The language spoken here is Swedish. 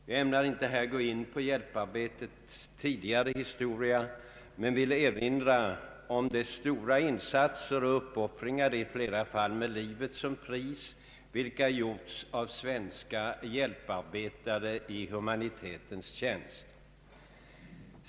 Jag ämnar inte här gå in på hjälparbetets tidigare historia men vill erinra om de stora insatser och uppoffringar, i flera fall med livet som pris, vilka gjorts av svenska hjälparbetare i humanitetens tjänst.